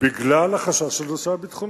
בגלל החשש של הנושא הביטחוני,